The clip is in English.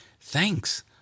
Thanks